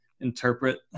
interpret